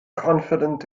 confident